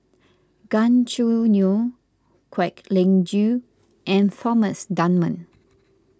Gan Choo Neo Kwek Leng Joo and Thomas Dunman